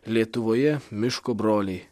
lietuvoje miško broliai